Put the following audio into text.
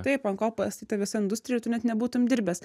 taip ant ko pastatyta visa industrija ir tu net nebūtum dirbęs